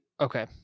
Okay